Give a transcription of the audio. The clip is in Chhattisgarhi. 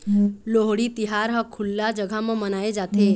लोहड़ी तिहार ह खुल्ला जघा म मनाए जाथे